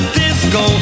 disco